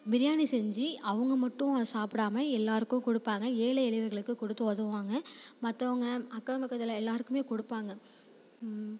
பிரியாணி செஞ்சு அவங்க மட்டும் சாப்பிடாமல் எல்லாேருக்கும் கொடுப்பாங்க ஏழை எளியவர்களுக்கு கொடுத்து உதவுவாங்க மற்றவங்க அக்கம் பக்கத்தில் எல்லாேருக்குமே கொடுப்பாங்க